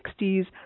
1960s